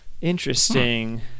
interesting